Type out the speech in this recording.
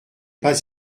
pas